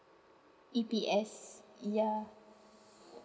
E_P_S ya